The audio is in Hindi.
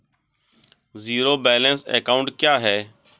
ज़ीरो बैलेंस अकाउंट क्या है?